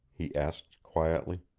he asked, quietly.